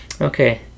Okay